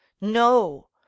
no